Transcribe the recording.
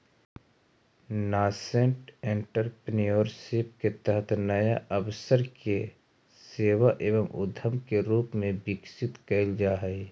nascent entrepreneurship के तहत नया अवसर के सेवा एवं उद्यम के रूप में विकसित कैल जा हई